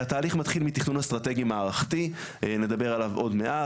התהליך מתחיל מתכנון אסטרטגי מערכתי נדבר עליו עוד מעט,